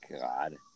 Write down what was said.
God